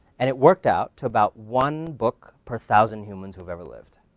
and it worked out to about one book per thousand humans who've ever lived.